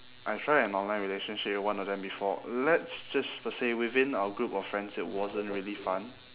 I tried an online relationship with one of them before let's just to say within our group of friends it wasn't really fun